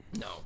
No